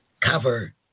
cover